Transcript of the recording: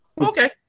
okay